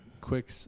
quick